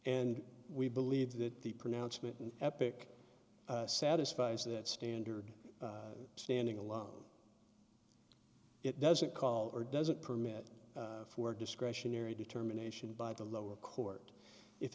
and we believe that the pronouncement an epic satisfies that standard standing alone it doesn't call or doesn't permit for discretionary determination by the lower court if